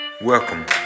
Welcome